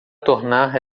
tornar